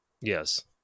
Yes